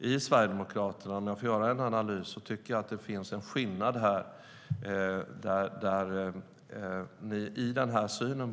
Om jag får göra en analys så tycker jag att det finns en skillnad i syn.